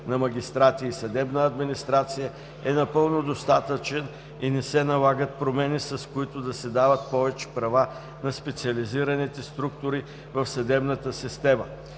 на магистрати и съдебна администрация, е напълно достатъчен и не се налагат промени, с които да се дават повече права на специализираните структури в съдебната система.